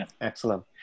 excellent